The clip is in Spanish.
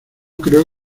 creo